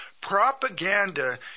propaganda